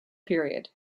period